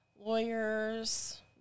lawyers